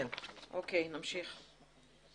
(2)